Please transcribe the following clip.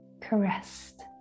caressed